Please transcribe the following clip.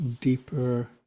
deeper